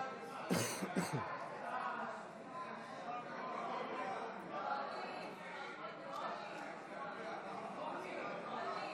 ההצעה להעביר את הצעת חוק זכאות לאבחון לקויות